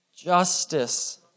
Justice